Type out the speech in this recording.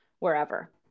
wherever